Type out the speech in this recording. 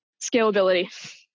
scalability